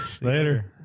later